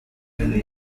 ibintu